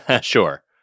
Sure